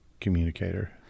communicator